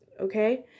Okay